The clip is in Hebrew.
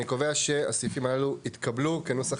אני קובע שהסעיפים הללו התקבלו כנוסח